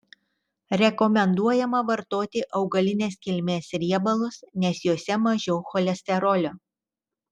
rekomenduojama vartoti augalinės kilmės riebalus nes juose mažiau cholesterolio